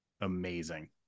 amazing